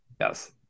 yes